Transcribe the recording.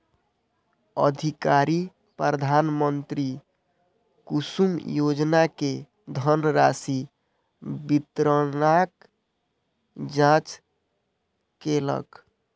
अधिकारी प्रधानमंत्री कुसुम योजना के धनराशि वितरणक जांच केलक